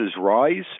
rise